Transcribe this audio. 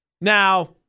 Now